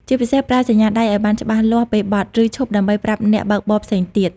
ជាពិសេស ប្រើសញ្ញាដៃឲ្យបានច្បាស់លាស់ពេលបត់ ឬឈប់ ដើម្បីប្រាប់អ្នកបើកបរផ្សេងទៀត។